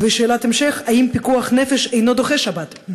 2. שאלת המשך, האם פיקוח נפש אינו דוחה שבת?